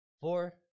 Four